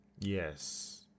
Yes